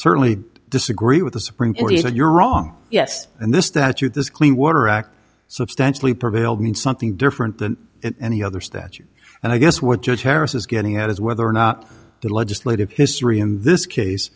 certainly disagree with the supreme court and you're wrong yes and this statute this clean water act substantially prevailed means something different than any other statute and i guess what judge terrace is getting at is whether or not the legislative history in this case